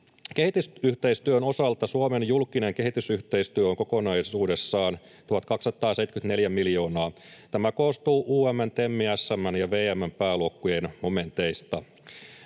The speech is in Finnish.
Kehitysyhteistyön osalta Suomen julkinen kehitysyhteistyö on kokonaisuudessaan 1 274 miljoonaa. Tämä koostuu UM:n, TEM:n, SM:n ja VM:n pääluokkien momenteista.